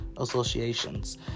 associations